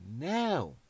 now